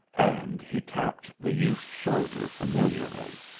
and he tapped the youth's shoulder familiarly.